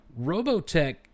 robotech